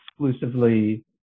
exclusively